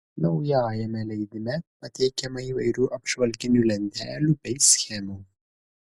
naujajame leidime pateikiama įvairių apžvalginių lentelių bei schemų